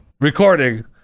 Recording